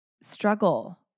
struggle